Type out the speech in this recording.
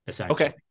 Okay